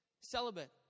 celibate